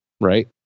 right